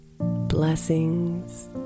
Blessings